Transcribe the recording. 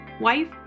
wife